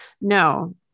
No